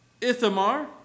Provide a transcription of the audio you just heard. Ithamar